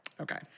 Okay